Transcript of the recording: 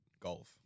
Golf